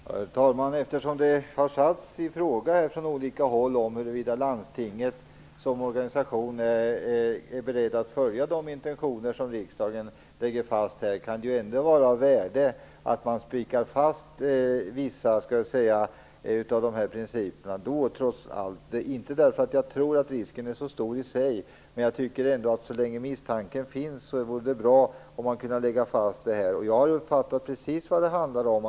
Herr talman! Eftersom det från olika håll har ifrågasatts huruvida landstinget som organisation är berett att följa de intentioner som riksdagen beslutar om kan det vara av värde att man fastställer vissa av dessa principer. Inte för att jag tror att risken är så stor i sig, men så länge misstanken finns vore det bra med ett fastställande. Jag har uppfattat precis vad det handlar om.